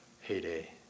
heyday